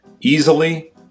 easily